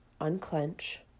unclench